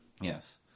Yes